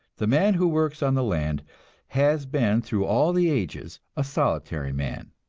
the man who works on the land has been through all the ages a solitary man.